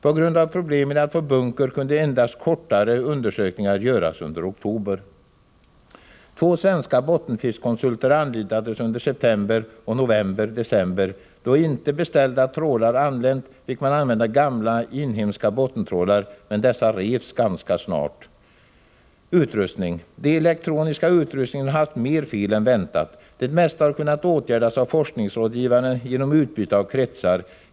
P g a problem med att få bunker kunde endast kortare undersökningar göras under oktober. Två svenska bottenfiskkonsulter anlitades under september och november-december. Då inte beställda trålare anlänt fick man använda gamla inhemska bottentrålar men dessa revs ganska snart. Den elektriska utrustningen har haft mer fel än väntat. Det mesta har kunnat åtgärdats av forskningsrådgivaren genom utbyte av kretsar.